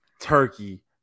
Turkey